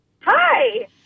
Hi